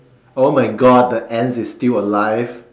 oh my God the ants is still alive